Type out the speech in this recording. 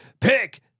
pick